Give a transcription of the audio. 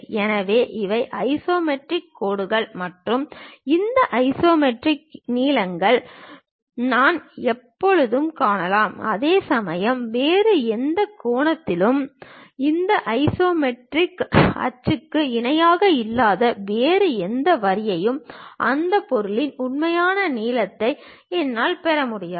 எனவே இவை ஐசோமெட்ரிக் கோடுகள் மற்றும் இந்த ஐசோமெட்ரிக் நீளங்களை நான் எப்போதும் காணலாம் அதேசமயம் வேறு எந்த கோணத்திலும் இந்த ஐசோமெட்ரிக் அச்சுக்கு இணையாக இல்லாத வேறு எந்த வரியையும் அந்த பொருளின் உண்மையான நீளத்தை என்னால் பெற முடியாது